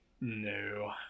No